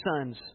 sons